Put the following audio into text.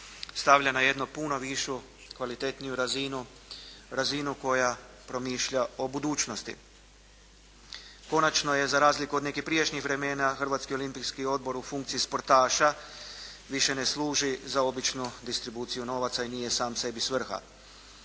stavlja na jednu puno višu kvalitetniju razinu, razinu koja promišlja o budućnosti. Konačno je, za razliku od nekih prijašnjih vremena Hrvatski olimpijski odbor u funkciji sportaša više ne služi za običnu distribuciju novaca i nije sam sebi svrha.